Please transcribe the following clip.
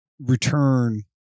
return